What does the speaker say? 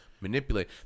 manipulate